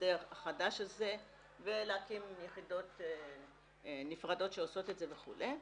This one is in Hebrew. להסדר החדש הזה ולהקים יחידות נפרדות שעושות את זה וכו'.